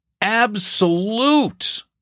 absolute